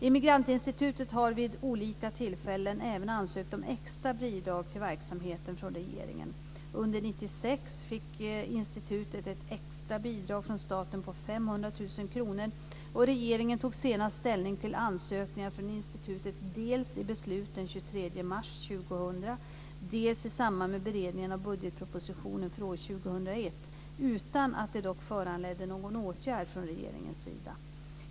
Immigrantinstitutet har vid olika tillfällen även ansökt om extra bidrag till verksamheten från regeringen. Under 1996 fick institutet ett extra bidrag från staten på 500 000 kr. Regeringen tog senast ställning till ansökningar från institutet dels i beslut den 23 mars 2000, dels i samband med beredningen av budgetpropositionen för år 2001, utan att det dock föranledde någon åtgärd från regeringens sida.